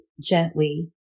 gently